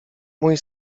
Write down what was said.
mój